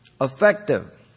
effective